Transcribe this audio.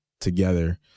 together